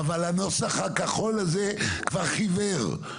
אבל הנוסח הכחול הזה כבר חיוור,